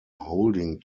holding